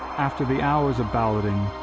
after the hours of balloting,